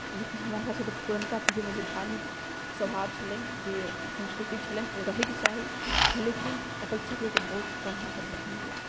लेकिन हमरा हिसाबसँ तऽ पुरनका पीढ़ीमे जे धार्मिक स्वभाव छलनि जे संस्कृति छलनि ओ रहयके चाही लेकिन अपेक्षाकृत तऽ बहुत कम अहाँकेँ देखयमे मिलत